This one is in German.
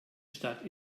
stadt